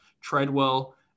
Treadwell